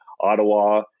Ottawa